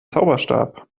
zauberstab